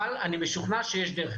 אבל אני משוכנע שיש דרך.